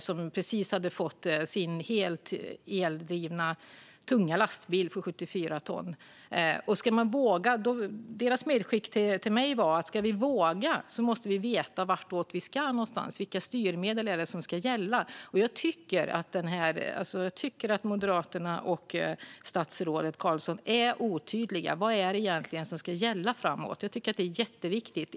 De hade precis fått sin helt eldrivna tunga lastbil på 74 ton. Deras medskick till mig var detta: Ska vi våga måste vi veta vart vi ska någonstans och vilka styrmedel som ska gälla. Jag tycker att Moderaterna och statsrådet Carlson är otydliga. Vad är det egentligen som ska gälla framåt? Jag tycker att det är jätteviktigt.